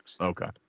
Okay